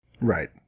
Right